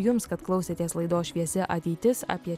jums kad klausėtės laidos šviesi ateitis apie